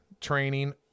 training